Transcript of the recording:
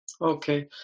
Okay